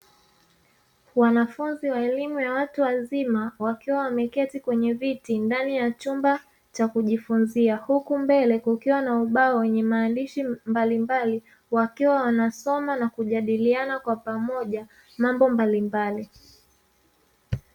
Wanafunzi wa elimu ya watu wazima, wakiwa wameketi kwenye viti ndani ya chumba cha kujifunzia. Huku mbele kukiwa na ubao wenye maandishi mbalimbali, wakiwa wanasoma na kujadiliana kwa pamoja mambo mbalimbali.